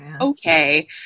okay